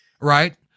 right